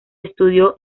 estudió